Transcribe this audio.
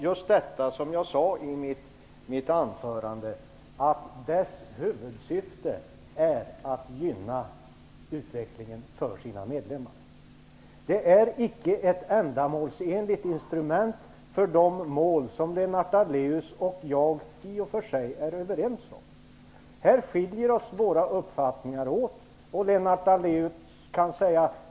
Jag sade i mitt anförande att EU:s huvudsyfte är att gynna utvecklingen för sina medlemmar; det kan vi utgå ifrån. Det är icke ett ändamålsenligt instrument för de mål som Lennart Daléus och jag i och för sig är överens om. Våra uppfattningar skiljer sig åt i detta avseende.